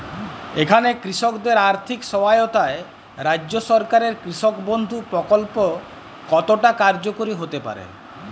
এখানে কৃষকদের আর্থিক সহায়তায় রাজ্য সরকারের কৃষক বন্ধু প্রক্ল্প কতটা কার্যকরী হতে পারে?